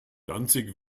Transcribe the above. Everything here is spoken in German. danzig